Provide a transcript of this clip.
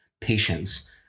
patience